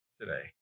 today